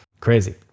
Crazy